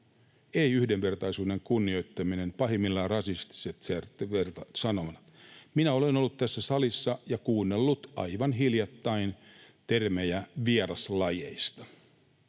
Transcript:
ei yhdenvertaisuuden kunnioittaminen vaan pahimmillaan rasistiset sanomat. Minä olen ollut tässä salissa ja kuunnellut aivan hiljattain ”vieraslajeista”.